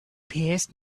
passed